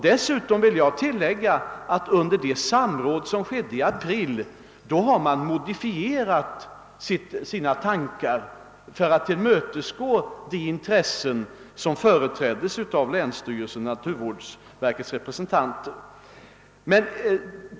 Dessutom vill jag tillägga att man under det samråd som skedde i april har modifierat sina planer för att tillmötesgå de intressen som företräds av länsstyrelsen och naturvårdsverket.